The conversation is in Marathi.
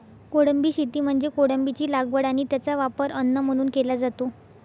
कोळंबी शेती म्हणजे कोळंबीची लागवड आणि त्याचा वापर अन्न म्हणून केला जातो